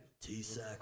T-sack